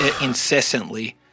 incessantly